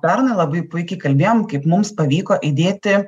pernai labai puikiai kalbėjom kaip mums pavyko įdėti